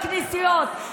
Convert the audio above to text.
בכנסיות.